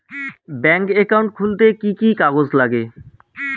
Bank account খুলতে কি কি কাগজ লাগে?